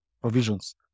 provisions